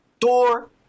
Thor